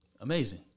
Amazing